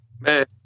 man